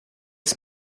ist